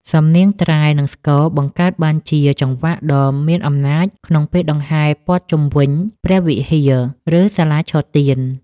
សំនៀងត្រែ និងស្គរ បង្កើតបានជាចង្វាក់ដ៏មានអំណាចក្នុងពេលដង្ហែព័ទ្ធជុំវិញព្រះវិហារ ឬសាលាឆទាន។